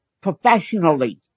professionally